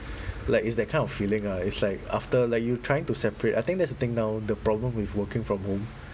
like is that kind of feeling ah it's like after like you trying to separate I think that's the thing now the problem with working from home